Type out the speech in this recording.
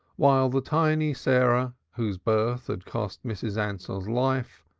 while the tiny sarah, whose birth had cost mrs. ansell's life,